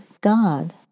God